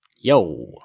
Yo